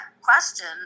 question